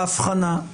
ההבחנה,